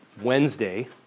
Wednesday